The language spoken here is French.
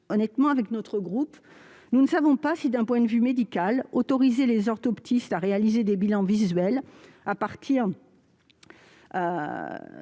Honnêtement, au sein de notre groupe, nous ne savons pas si, d'un point de vue médical, autoriser les orthoptistes à réaliser des bilans visuels, à dépister